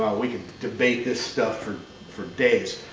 we can debate this stuff for for days.